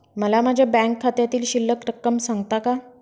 मला माझ्या बँक खात्यातील शिल्लक रक्कम सांगता का?